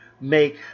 make